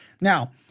Now